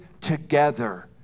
together